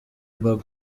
babou